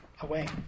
away